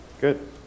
Good